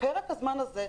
לפרק הזמן הזה,